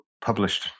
published